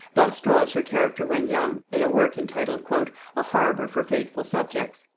thus draws her character when young, in a work entitled a harbour for faithful subjects.